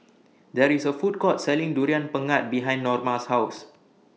There IS A Food Court Selling Durian Pengat behind Norma's House